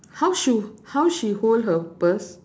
how she how she hold her purse